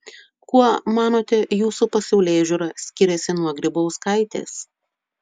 kuo manote jūsų pasaulėžiūra skiriasi nuo grybauskaitės